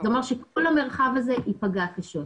זה אומר שכל המרחב הזה יפגע קשות.